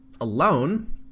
alone